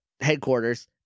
headquarters